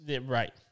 Right